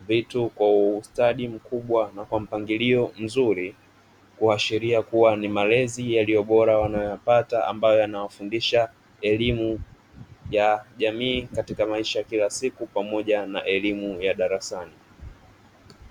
vitu kwa ustadi mkubwa na kwa mpangilio mzuri, kuashiria kuwa ni malezi yaliyobora wanayopata ambayo yanawafundisha elimu ya jamii katika maisha ya kila siku pamoja na elimu ya darasani.